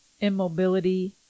immobility